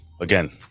again